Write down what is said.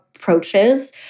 Approaches